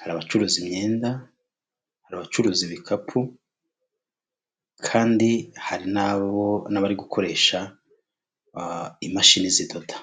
hari abacuruza imyenda, hari abacuruza ibikapu, kandi hari n'abari gukoresha imashini zidoda.